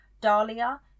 Dahlia